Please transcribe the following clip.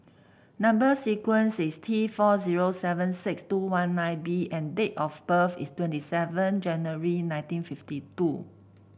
number sequence is T four zero seven six two one nine B and date of birth is twenty seven January nineteen fifty two